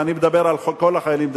ואני מדבר על כל החיילים,